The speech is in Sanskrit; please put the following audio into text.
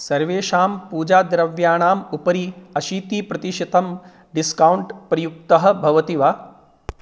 सर्वेषां पूजाद्रव्याणाम् उपरि अशीतिप्रतिशतं डिस्कौण्ट् प्रयुक्तः भवति वा